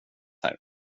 här